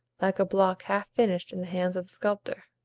like a block half-finished in the hands of the sculptor.